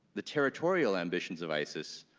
the territorial ambitions of isis,